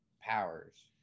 powers